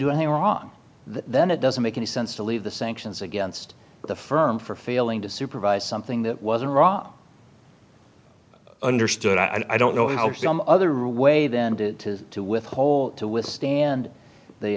do anything wrong then it doesn't make any sense to leave the sanctions against the firm for failing to supervise something that wasn't wrong understood i don't know how some other rw way then did to withhold to withstand the